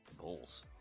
Bulls